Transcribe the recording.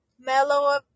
mellow